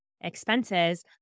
expenses